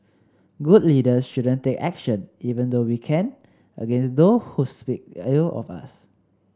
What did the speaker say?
good leaders shouldn't take action even though we can against those who speak ill of us